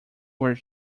were